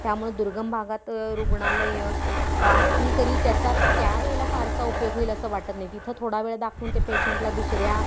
त्यामुळं दुर्गम भागात रुग्णालयं असली तरी त्याचा त्या वळेला फारसा उपयोग होईल असं वाटत नाही तिथं थोडा वेळा दाखवून त्या पेशंटला दुसऱ्या